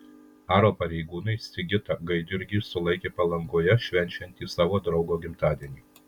aro pareigūnai sigitą gaidjurgį sulaikė palangoje švenčiantį savo draugo gimtadienį